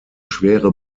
schwere